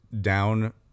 down